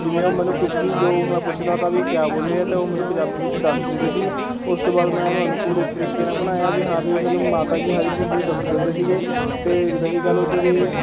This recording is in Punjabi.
ਜਿਵੇਂ ਉਹ ਮੈਨੂੰ ਕੁਛ ਵੀ ਜੋ ਮੈਂ ਪੁੱਛਦਾ ਤਾ ਵੀ ਕਿਆ ਬੋਲ਼ੇ ਹੈ ਤਾਂ ਉਹ ਮੈਨੂੰ ਪੰਜਾਬੀ ਵਿੱਚ ਦੱਸ ਦਿੰਦੇ ਸੀ ਉਸ ਤੋਂ ਬਾਅਦ ਮੈਂ ਉਸਨੂੰ ਅਨੁਕੂਲ ਇਸ ਤਰੀਕੇ ਨਾਲ ਬਣਾਇਆ ਵੀ ਹਾਂ ਵੀ ਮੈਨੂੰ ਮਾਤਾ ਜੀ ਹਰ ਇੱਕ ਚੀਜ਼ ਦੱਸ ਦਿੰਦੇ ਸੀ ਅਤੇ ਰਹੀ ਗੱਲ ਉੱਧਰ ਦੀ